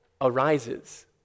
Arises